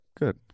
good